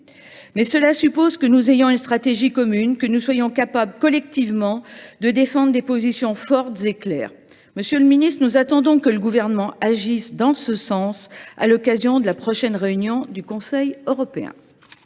mais cela suppose que nous disposions d’une stratégie commune et que nous soyons capables collectivement de défendre des positions fortes et claires. Monsieur le ministre, nous attendons que le Gouvernement agisse en ce sens à l’occasion de la prochaine réunion du Conseil européen.